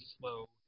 slow